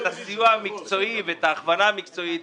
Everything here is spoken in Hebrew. את הסיוע המקצועי ואת ההכוונה המקצועית.